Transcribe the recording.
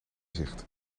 zicht